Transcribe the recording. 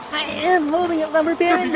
am holding it lumber baron.